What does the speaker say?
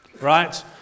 right